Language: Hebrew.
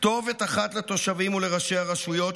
כתובת אחת לתושבים ולראשי הרשויות,